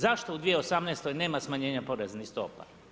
Zašto u 2018. nema smanjenja poreznih stopa?